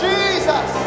Jesus